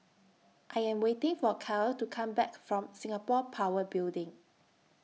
I Am waiting For Kaia to Come Back from Singapore Power Building